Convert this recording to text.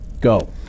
go